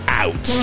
out